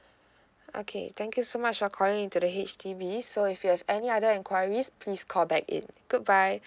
okay thank you so much for calling into the H_D_B so if you have any other enquiries please call back in good bye